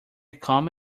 come